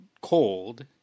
cold